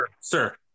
sir